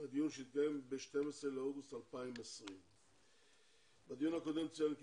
לדיון שהתקיים ב-12 באוגוסט 2020. בדיון הקודם צוין כי